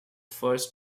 first